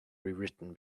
rewritten